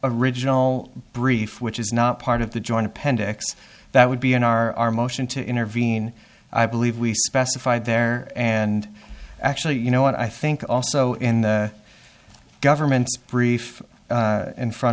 original brief which is not part of the joint appendix that would be in our motion to intervene i believe we specified there and actually you know what i think also in the government's brief in front